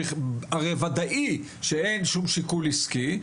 הרי וודאי שאין שום שיקול עסקי,